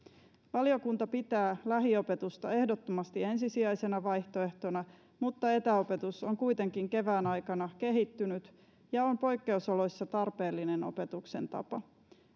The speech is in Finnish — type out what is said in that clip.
valiokunta pitää lähiopetusta ehdottomasti ensisijaisena vaihtoehtona mutta etäopetus on kuitenkin kevään aikana kehittynyt ja on poikkeusoloissa tarpeellinen opetuksen tapa